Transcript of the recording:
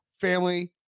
family